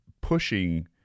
pushing